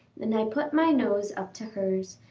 and i put my nose up to hers,